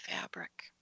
fabric